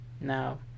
now